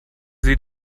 sie